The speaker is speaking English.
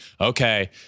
Okay